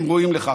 הם ראויים לכך.